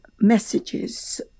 messages